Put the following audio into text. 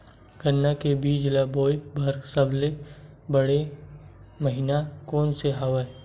गन्ना के बीज ल बोय बर सबले बने महिना कोन से हवय?